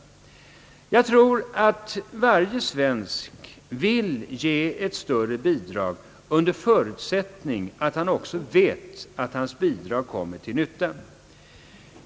Jag tror att varje svensk vill ge ett större bidrag under förutsättning att han också vet att hans bidrag kommer till nytta.